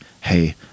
hey